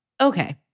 Okay